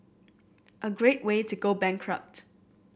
a great way to go bankrupt